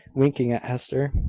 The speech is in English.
winking at hester.